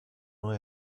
nur